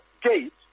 gate